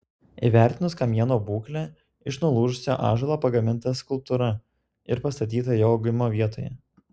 įvertinus kamieno būklę iš nulūžusio ąžuolo pagaminta skulptūra ir pastatyta jo augimo vietoje